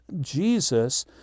Jesus